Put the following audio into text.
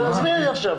עזבי את זה עכשיו.